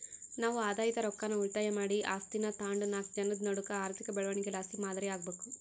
ನಾವು ಆದಾಯದ ರೊಕ್ಕಾನ ಉಳಿತಾಯ ಮಾಡಿ ಆಸ್ತೀನಾ ತಾಂಡುನಾಕ್ ಜನುದ್ ನಡೂಕ ಆರ್ಥಿಕ ಬೆಳವಣಿಗೆಲಾಸಿ ಮಾದರಿ ಆಗ್ಬಕು